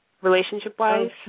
relationship-wise